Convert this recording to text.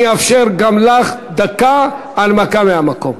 אני אאפשר גם לך דקה הנמקה מהמקום.